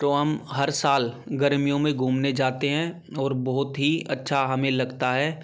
तो हम हर साल गर्मियों में घूमने जाते हैं और बहुत ही अच्छा हमें लगता है